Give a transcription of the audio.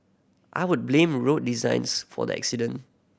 I would blame road designs for the accident